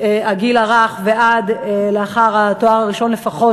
מהגיל הרך ועד לאחר התואר הראשון לפחות,